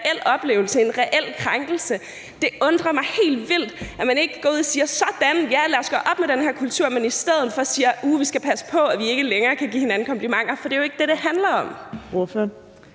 en reel oplevelse, en reel krænkelse? Det undrer mig helt vildt, at man ikke går ud og siger, at ja, sådan, lad os gøre op med den her kultur, men i stedet for siger: Uh, vi skal passe på, at vi ikke længere kan give hinanden komplimenter. For det er jo ikke det, som det handler om.